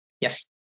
Yes